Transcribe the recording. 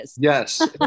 Yes